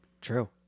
True